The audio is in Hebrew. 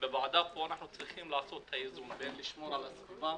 ובוועדה פה אנחנו צריכים לעשות את האיזון בין לשמור על הסביבה,